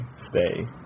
Stay